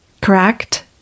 correct